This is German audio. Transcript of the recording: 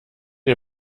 ihr